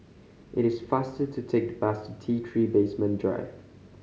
it is faster to take the bus T Three Basement Drive